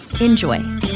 Enjoy